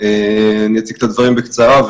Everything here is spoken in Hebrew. אציג את הדברים בקצרה,